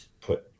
put